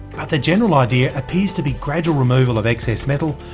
but the general idea appears to be gradual removal of excess metal,